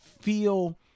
feel